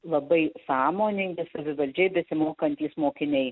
labai sąmoningi savivaldžiai besimokantys mokiniai